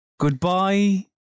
Goodbye